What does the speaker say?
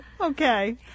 Okay